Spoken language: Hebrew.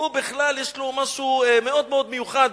הוא בכלל יש לו משהו מאוד מאוד מיוחד,